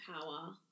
power